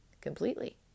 completely